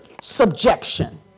subjection